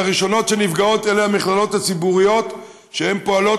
והראשונות שנפגעות אלה המכללות הציבוריות שפועלות